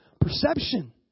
Perception